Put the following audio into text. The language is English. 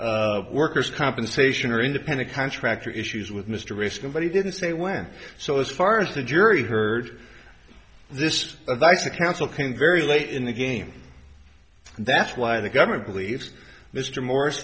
workers compensation or independent contractor issues with mr risk and but he didn't say when so as far as the jury heard this advice or counsel can very late in the game that's why the government believes mr mor